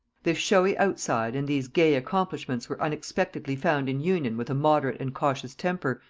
this showy outside and these gay accomplishments were unexpectedly found in union with a moderate and cautious temper,